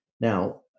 Now